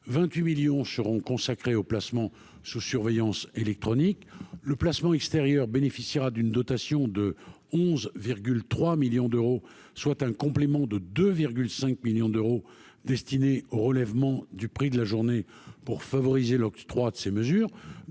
28 millions seront consacrés au placement sous surveillance électronique, le placement extérieur bénéficiera d'une dotation de 11,3 millions d'euros, soit un complément de de 5 millions d'euros destinés au relèvement du prix de la journée pour favoriser l'octroi de ces mesures